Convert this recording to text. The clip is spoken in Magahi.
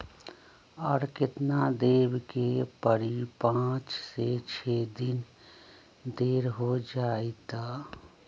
और केतना देब के परी पाँच से छे दिन देर हो जाई त?